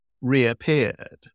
reappeared